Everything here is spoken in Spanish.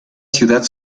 ciudad